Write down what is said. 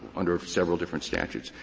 under several different statutes.